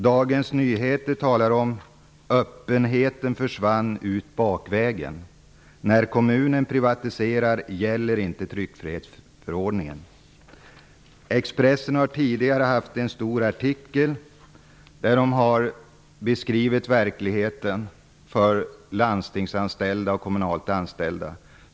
Dagens Nyheter talar om att öppenheten försvann ut bakvägen: ''När kommunen privatiserar gäller inte tryckfrihetsförordningen.'' Expressen har tidigare haft en stor artikel där man har beskrivit verkligheten för landstingsanställda och kommunalt anställda.